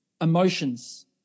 emotions